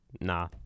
Nah